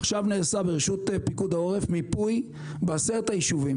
עכשיו נעשה בראשות פיקוד העורף מיפוי ב-10 היישובים,